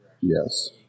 Yes